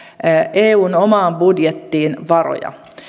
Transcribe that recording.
eun omaan budjettiin varoja